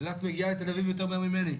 אילת מגיעה לתל אביב יותר מהר ממני.